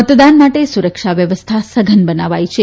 મતદાન માટે સુરક્ષા વ્યવસ્થા સઘન બનાવાઇ છે